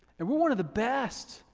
and we're one of the best